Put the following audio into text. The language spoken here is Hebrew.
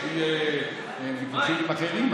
יש לי ויכוחים עם אחרים.